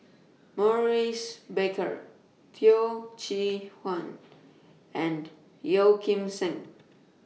Maurice Baker Teo Chee Hean and Yeo Kim Seng